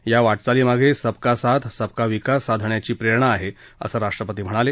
या वाटचालीमागे सब का साथ सब का विकास साधण्याची प्रेरणा आहे असं राष्ट्रपती म्हणाले